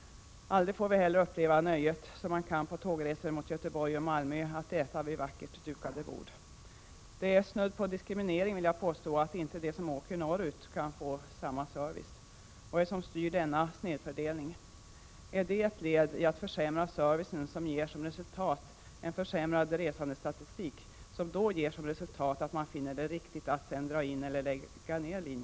Aldrig får vi heller uppleva nöjet, som man kan på tågresor mot Göteborg och Malmö, att äta vid vackert dukade bord. Det är snudd på diskriminering, vill jag påstå, att inte de som åker norrut kan få samma service. Vad är det som styr denna snedfördelning? Är det ett led i att försämra servicen som ger som resultat en försämrad resandestatistik, som då ger som resultat att man finner det riktigt att sedan dra in eller lägga ned linjen?